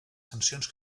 sancions